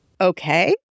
okay